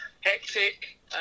hectic